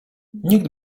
nikt